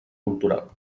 cultural